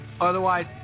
Otherwise